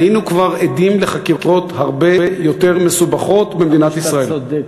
היינו כבר עדים לחקירות הרבה יותר מסובכות במדינת ישראל.